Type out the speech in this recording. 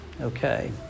Okay